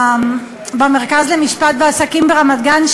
במרכז האקדמי למשפט ועסקים ברמת-גן,